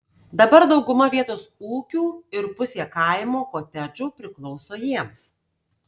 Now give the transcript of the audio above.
dabar dauguma vietos ūkių ir pusė kaimo kotedžų priklauso jiems